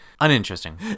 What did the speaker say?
Uninteresting